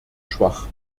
schwach